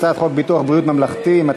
הצעת חוק ביטוח בריאות ממלכתי (תיקון,